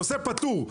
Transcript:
הנושא פתור.